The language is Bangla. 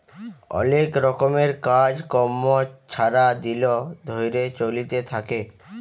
অলেক রকমের কাজ কম্ম ছারা দিল ধ্যইরে চইলতে থ্যাকে